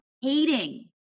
hating